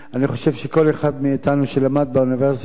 אני חושב שכל אחד מאתנו שלמד באוניברסיטה